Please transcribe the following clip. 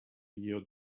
your